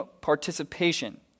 participation